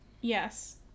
Yes